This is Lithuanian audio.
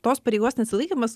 tos pareigos nesilaikymas